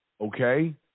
okay